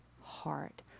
heart